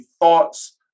thoughts